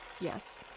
yes